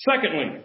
Secondly